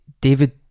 David